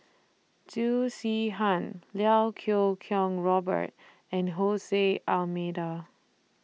Loo Zihan Iau Kuo Kwong Robert and Hole C Almeida